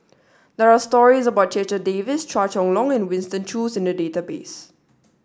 there are stories about Checha Davies Chua Chong Long and Winston Choos in the database